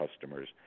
customers